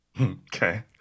Okay